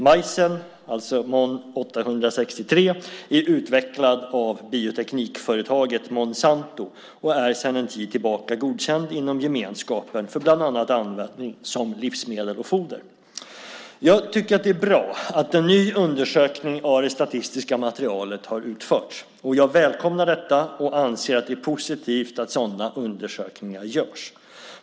Majsen, MON 863, är utvecklad av bioteknikföretaget Monsanto och är sedan en tid tillbaka godkänd inom gemenskapen för bland annat användning som livsmedel och foder. Jag tycker att det är bra att en ny undersökning av det statistiska materialet har utförts. Jag välkomnar detta och anser att det är positivt att sådana undersökningar görs.